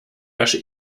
wäsche